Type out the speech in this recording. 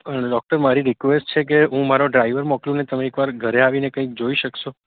પણ ડૉક્ટર મારી રિક્વેસ્ટ છે કે હું મારો ડ્રાઈવર મોકલું ને તમે એક વાર ઘરે આવીને કંઈક જોઈ શકશો